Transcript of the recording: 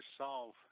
solve